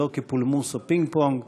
ולא כפולמוס או פינג-פונג,